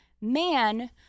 man